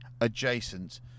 adjacent